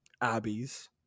Abby's